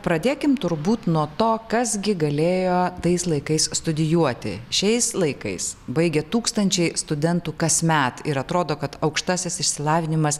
pradėkim turbūt nuo to kas gi galėjo tais laikais studijuoti šiais laikais baigia tūkstančiai studentų kasmet ir atrodo kad aukštasis išsilavinimas